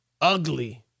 Ugly